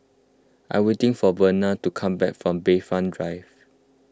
I'm waiting for Verna to come back from Bayfront Drive